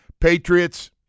Patriots